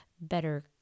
better